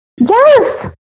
Yes